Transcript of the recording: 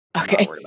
Okay